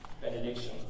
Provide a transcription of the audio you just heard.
benediction